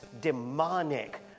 demonic